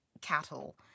cattle